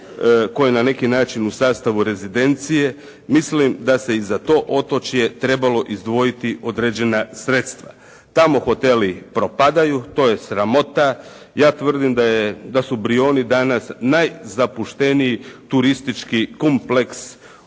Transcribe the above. koje je na neki način u sastavu rezidencije, mislim da se i za to otočje izdvojiti određene sredstva. Tamo hoteli propadaju, to je sramota. Ja tvrdim da su Brijuni danas najzapušteniji turistički kompleks u